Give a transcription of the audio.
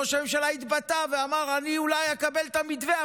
ראש הממשלה התבטא ואמר: אני אולי אקבל את המתווה.